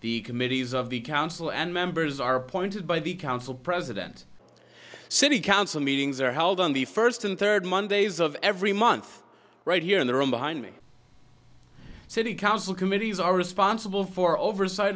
the committees of the council and members are appointed by the council president city council meetings are held on the first and third mondays of every month right here in the room behind me city council committees are responsible for over